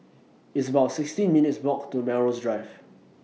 It's about sixteen minutes' Walk to Melrose Drive